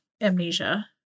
amnesia